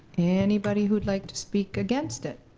anybody who'd like to speak against it?